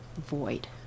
void